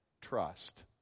trust